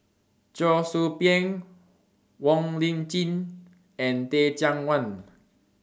Cheong Soo Pieng Wong Lip Chin and Teh Cheang Wan